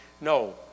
no